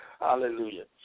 Hallelujah